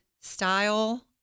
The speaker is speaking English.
style